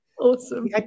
Awesome